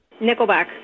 Nickelback